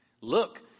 Look